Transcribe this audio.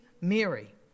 Mary